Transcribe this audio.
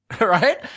Right